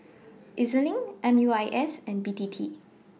E Z LINK M U I S and B T T